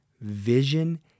Vision